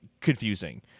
confusing